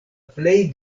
plej